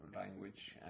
language